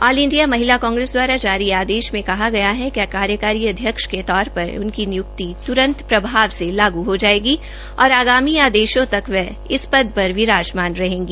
all India Mahila Congress दवारा जारी आदेश में कहा गया है कि कार्यकारी अध्यक्ष के तौर पर उनकी नियुक्ति तुरंत प्रभाव से लागू हो जायेगी और आगामी आदेशों तक वह अपने पद पर विराजमान रहेंगी